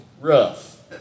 rough